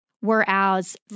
whereas